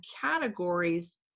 categories